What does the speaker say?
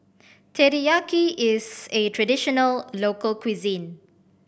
teriyaki is a traditional local cuisine